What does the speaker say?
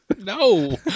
No